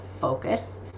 focus